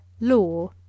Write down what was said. law